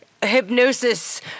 Hypnosis